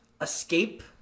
Escape